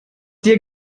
dir